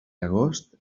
agost